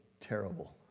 terrible